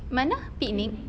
mana picnic